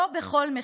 לא בכל מחיר.